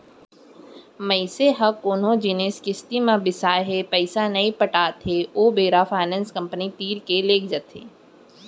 मनसे ह कोनो जिनिस किस्ती म बिसाय हे पइसा नइ पटात हे ओ बेरा फायनेंस कंपनी तीर के लेग जाथे